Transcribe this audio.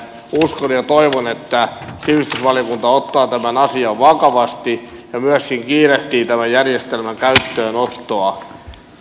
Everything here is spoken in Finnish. uskon ja toivon että sivistysvaliokunta ottaa tämän asian vakavasti ja myöskin kiirehtii tämän järjestelmän käyttöönottoa